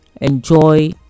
enjoy